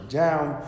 down